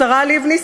השרה לבני,